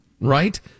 right